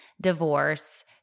divorce